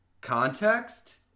Context